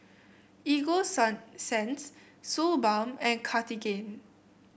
Ego Sunsense Suu Balm and Cartigain